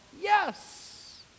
yes